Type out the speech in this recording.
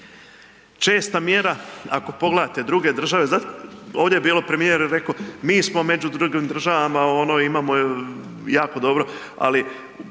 Česta mjera ako pogledate druge države, ovdje je bilo premijer je rekao mi smo među drugim državama, ovo-ono, imamo jako dobro, ali